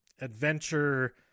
adventure